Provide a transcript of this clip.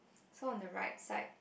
so on the right side